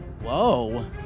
Whoa